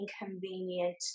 inconvenient